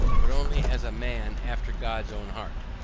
but only as a man after god's own heart.